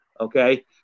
okay